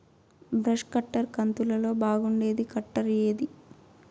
Brush cutter కంతులలో బాగుండేది cutter ఏది?